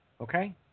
Okay